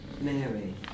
Mary